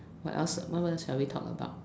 what else what else shall we talk about